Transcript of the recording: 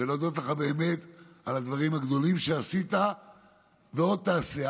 ולהודות לך באמת על הדברים הגדולים שעשית ועוד תעשה,